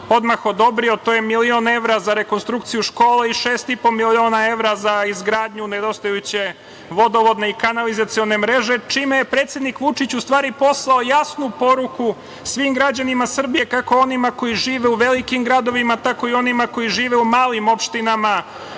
odmah odobrio. To je milion evra za rekonstrukciju škole i šest i po miliona evra za izgradnju nedostajuće vodovodne i kanalizacione mreže, čime je predsednik Vučić u stvari poslao jasnu poruku svim građanima Srbije, kako onima koji žive u velikim gradovima, tako i onima koji žive u malim opštinama,